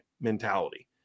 mentality